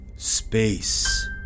Space